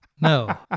no